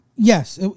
Yes